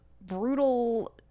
brutal